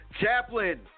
Chaplain